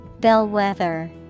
Bellwether